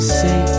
say